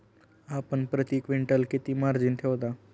आपण प्रती क्विंटल किती मार्जिन ठेवता?